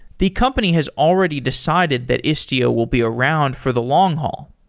the company has already decided that istio will be around for the long haul.